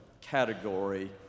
category